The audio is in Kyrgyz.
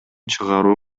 чыгаруу